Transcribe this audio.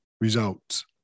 results